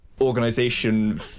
organization